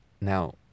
Now